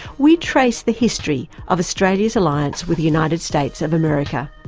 we trace the history of australia's alliance with the united states of america.